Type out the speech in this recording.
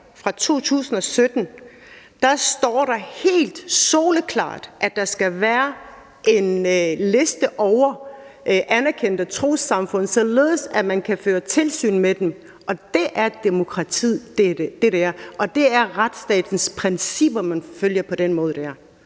fra 2017 står der helt soleklart, at der skal være en liste over anerkendte trossamfund, således at man kan føre tilsyn med dem. Det er demokratiet, og det er retsstatens principper, man følger på den måde der